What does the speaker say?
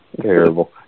Terrible